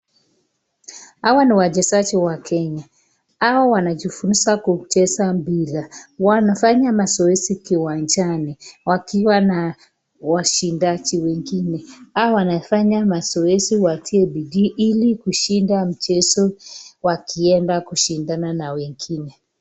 Hawa wachezaji wa Kenya . Hawa wanajifunza kucheza mpira . Wanafanya mazoezi kiwanjani, wakiwa na washindaji wengine . Hawa wanafanya mazoezi watie bidii ili kushinda mchezo wakienda kushindana na wengine .